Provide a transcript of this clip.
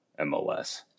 MLS